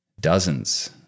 dozens